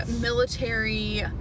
military